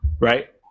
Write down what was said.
Right